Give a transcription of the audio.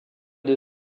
des